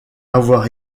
avoir